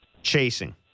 chasing